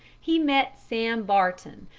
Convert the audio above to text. he met sam barton,